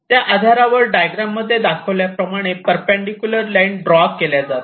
त्या आधारावर डायग्रॅम मध्ये दाखवल्याप्रमाणे परपेंडिकुलर लाईन ड्रॉ केल्या जातात